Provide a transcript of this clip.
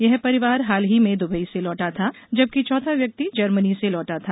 यह परिवार हाल ही में दुबई से लौटा था जबकि चौथा व्यक्ति जर्मनी से लौटा था